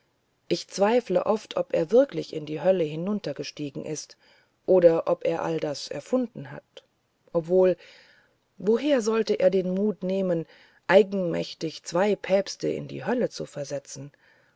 ich zweifle oft ob er wirklich in die hölle hinuntergestiegen ist oder ob er das alles erfunden hat obwohl woher sollte er den mut nehmen eigenmächtig zwei päpste in die hölle zu versetzen